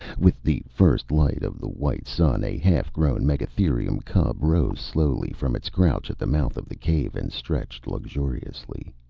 with the first light of the white sun, a half-grown megatherium cub rose slowly from its crouch at the mouth of the cave and stretched luxuriously,